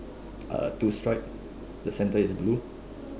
uh two stripe the centre is blue